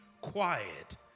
quiet